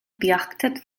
beachtet